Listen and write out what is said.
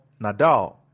Nadal